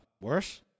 worse